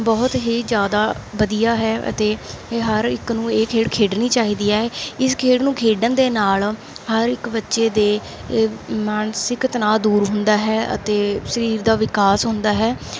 ਬਹੁਤ ਹੀ ਜ਼ਿਆਦਾ ਵਧੀਆ ਹੈ ਅਤੇ ਹਰ ਇੱਕ ਨੂੰ ਇਹ ਖੇਡ ਖੇਡਣੀ ਚਾਹੀਦੀ ਹੈ ਇਸ ਖੇਡ ਨੂੰ ਖੇਡਣ ਦੇ ਨਾਲ ਹਰ ਇੱਕ ਬੱਚੇ ਦਾ ਮਾਨਸਿਕ ਤਣਾਅ ਦੂਰ ਹੁੰਦਾ ਹੈ ਅਤੇ ਸਰੀਰ ਦਾ ਵਿਕਾਸ ਹੁੰਦਾ ਹੈ